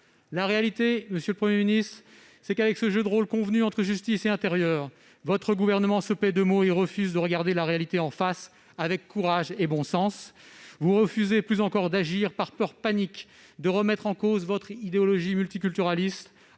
La réalité, monsieur le Premier ministre, c'est que, avec ce jeu de rôle convenu entre justice et intérieur, votre Gouvernement se paie de mots et refuse de regarder la réalité en face, avec courage et bon sens. Vous refusez plus encore d'agir par peur panique de remettre en cause votre idéologie multiculturaliste.